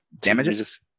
Damages